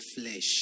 flesh